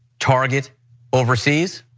target overseas?